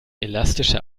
elastische